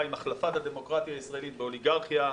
עם החלפת הדמוקרטיה הישראלית באוליגרכיה.